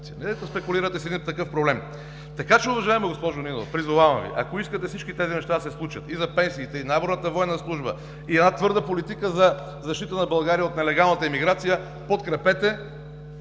да спекулирате с такъв проблем. Така че, уважаема госпожо Нинова, призовавам Ви – ако искате всички тези неща да се случат – и за пенсиите, и наборната военна служба, и една твърда политика за защита на България от нелегалната имиграция, подкрепете